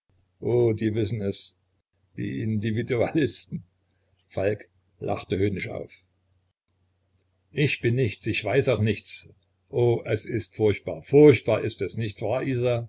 die wissen es die individualisten falk lachte höhnisch auf ich bin nichts ich weiß auch nichts o es ist furchtbar furchtbar ist es nicht wahr